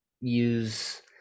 use